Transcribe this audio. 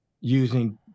using